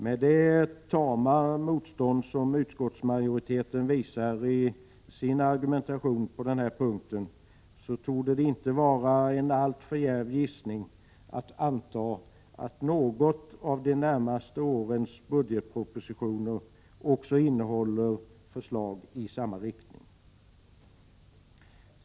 Med det tama motstånd utskottsmajoriteten visar i sin argumentation på denna punkt torde det inte vara en alltför djärv gissning att anta att något av de närmaste årens budgetpropositioner också innehåller förslag i samma riktning.